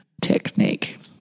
technique